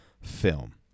film